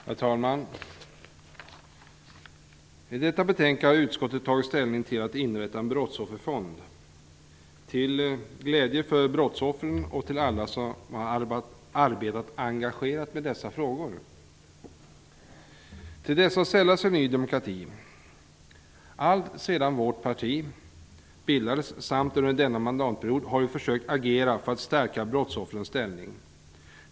Herr talman! I detta betänkande har utskottet tagit ställning för inrättandet av en brottsofferfond, till glädje för brottsoffren och alla som har arbetat engagerat med dessa frågor. Till dessa sällar sig Ny demokrati. Alltsedan vårt parti bildades samt under denna mandatperiod har vi försökt agera för att stärka brottsoffrens ställning.